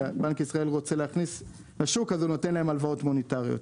בנק ישראל רוצה להכניס לשוק אז הוא נותן להם הלוואות מוניטריות.